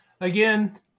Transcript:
again